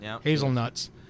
Hazelnuts